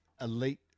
elite